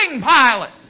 pilot